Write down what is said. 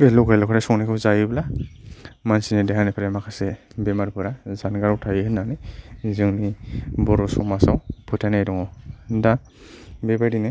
बे लगाय लथाय संनायखौ जायोब्ला मानसिनि देहानिफ्राय माखासे बेमारफोरा जानगाराव थायो होन्नानै जोंनि बर' समाजाव फोथायनाय दङ दा बेबायदिनो